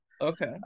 okay